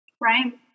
Right